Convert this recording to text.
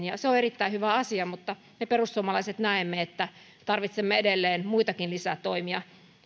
ja se on erittäin hyvä asia mutta me perussuomalaiset näemme että tarvitsemme edelleen muitakin lisätoimia